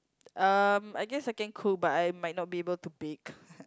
um I guess I can cook but I might not be able to bake